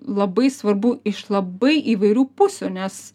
labai svarbu iš labai įvairių pusių nes